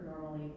normally